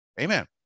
Amen